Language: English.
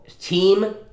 team